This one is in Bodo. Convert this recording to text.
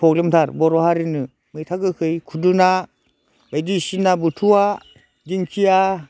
प्रब्लेमथार बर' हारिनो मैथा गोखै खुदुना बायदिसिना बुथुवा दिंखिया